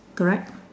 correct